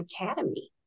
academy